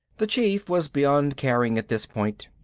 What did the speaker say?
the chief was beyond caring at this point.